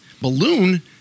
balloon